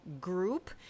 group